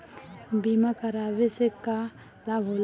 बीमा करावे से का लाभ होला?